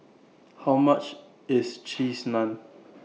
How much IS Cheese Naan